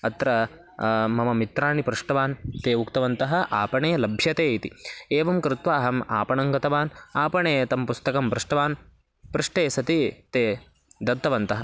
अत्र मम मित्राणि पृष्टवान् ते उक्तवन्तः आपणे लभ्यते इति एवं कृत्वा अहम् आपणं गतवान् आपणे तत् पुस्तकं पृष्टवान् पृष्टे सति ते दत्तवन्तः